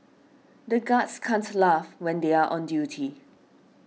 the guards can't laugh when they are on duty